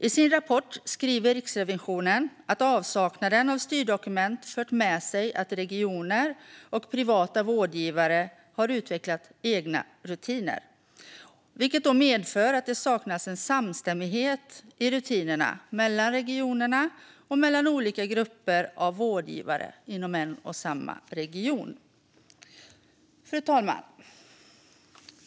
I sin rapport skriver Riksrevisionen att avsaknaden av styrdokument har fört med sig att regioner och privata vårdgivare har utvecklat egna rutiner, vilket medfört att det saknas en samstämmighet i rutinerna mellan regionerna och mellan olika grupper av vårdgivare inom en och samma region. Fru talman!